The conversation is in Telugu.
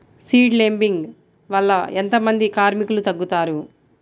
సీడ్ లేంబింగ్ వల్ల ఎంత మంది కార్మికులు తగ్గుతారు?